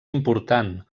important